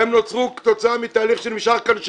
הן נוצרו כתוצאה מתהליך שנמשך כאן שנים,